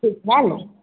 ठीक हए ने